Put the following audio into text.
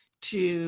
to